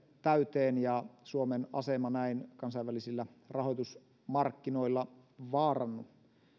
täyteen ja suomen asema näin kansainvälisillä rahoitusmarkkinoilla vaarannu